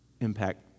impact